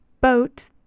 boat